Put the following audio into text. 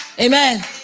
Amen